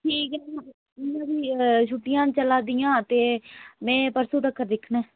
ठीक ऐ ठीक ऐ भी छुट्टियां न चला दियां ते में परसूं तक्कर दिक्खना